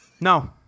no